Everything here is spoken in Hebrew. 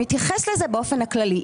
אני אתייחס לזה באופן הכללי.